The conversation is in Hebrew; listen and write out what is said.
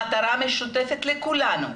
מטרה משותפת לכולנו.